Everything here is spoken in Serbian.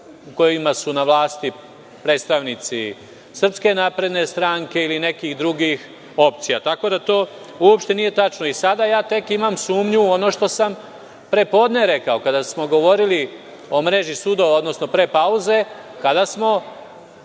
kojima su na vlasti predstavnici SNS ili nekih drugih opcija, tako da to uopšte nije tačno. Sada ja tek imam sumnju, ono što sam pre podne rekao kada smo govorili o mreži sudova, odnosno pre pauze, kada smo